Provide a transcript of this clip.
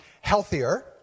healthier